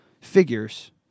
figures